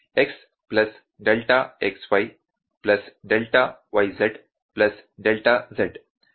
X plus delta xy plus delta yz plus delta z